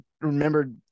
remembered